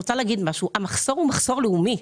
המחסור הוא מחסור לאומי,